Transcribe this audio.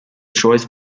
choice